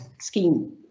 scheme